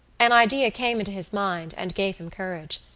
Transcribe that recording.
an idea came into his mind and gave him courage.